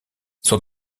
son